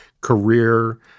career